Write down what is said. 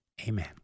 Amen